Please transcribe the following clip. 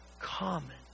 common